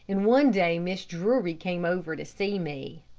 and one day mrs. drury came over to see me.